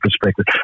perspective